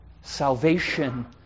salvation